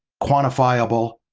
quantifiable,